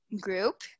group